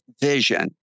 vision